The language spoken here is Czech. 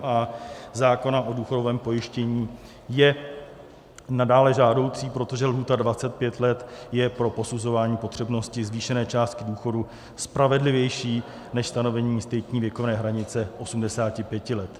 a) zákona o důchodovém pojištění je nadále žádoucí, protože lhůta 25 let je pro posuzování potřebnosti zvýšení částky důchodu spravedlivější než stanovení striktní věkové hranice 85 let.